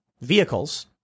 vehicles